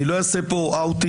אני לא אעשה פה אאוטינג.